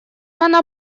она